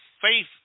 faith